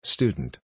Student